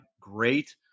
great